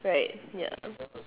right ya